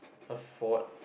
for what